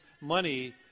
money